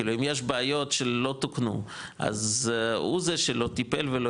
כאילו אם יש בעיות שלא תוקנו אז הוא זה שלא טיפל ולא